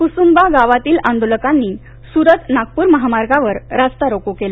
कुसुंबा गावातील आंदोलकांनी सुरत नागपूर महामार्गावर रास्तारोको केलं